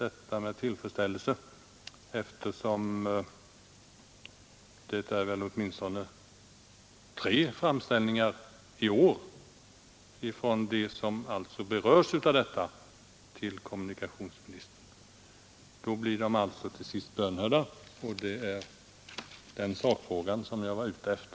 Jag tror att det bara i år har gjorts åtminstone tre framställningar härom till kommunikationsministern från dem som är berörda av denna fråga. De blir alltså nu bönhörda till sist, och det är i sak det beskedet som jag hä har varit ute efter.